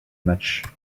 match